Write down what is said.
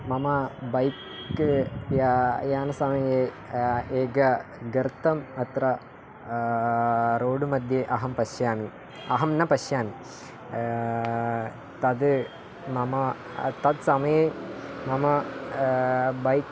मम बैक्यानं यानं समये एकं गर्तम् अत्र रोड्मध्ये अहं पश्यामि अहं न पश्यामि तद् मम तत्समये मम बैक्